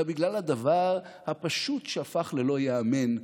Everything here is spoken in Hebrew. אלא בגלל הדבר הפשוט שהפך ללא ייאמן,